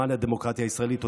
למען הדמוקרטיה הישראלית.